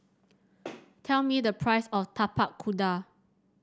tell me the price of Tapak Kuda